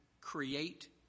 create